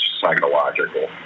psychological